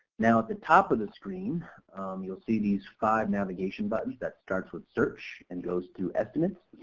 now at the top of the screen you'll see these five navigation buttons that starts with search and goes through estimates.